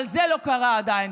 אבל זה לא קרה עדיין,